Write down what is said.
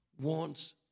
wants